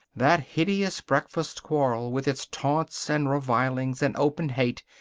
that hideous breakfast quarrel, with its taunts, and revilings, and open hate,